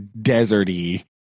deserty